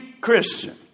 Christian